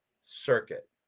circuit